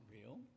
real